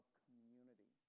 community